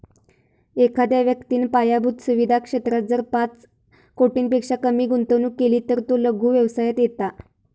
एखाद्या व्यक्तिन पायाभुत सुवीधा क्षेत्रात जर पाच कोटींपेक्षा कमी गुंतवणूक केली तर तो लघु व्यवसायात येता